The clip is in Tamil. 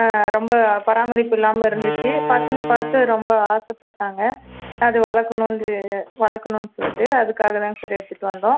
ரொம்ப பராமரிப்பு இல்லாமல் இருந்துச்சு பசங்கள் பார்த்து ரொம்ப ஆசைப்பட்டாங்க அது வளர்க்குணுன்னு வளர்க்குணும் சொல்லிட்டு அதுக்காக தாங்க சார் எடுத்துகிட்டு வந்தோம்